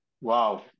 Wow